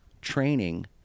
training